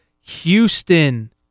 Houston